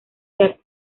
que